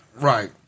Right